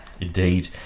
indeed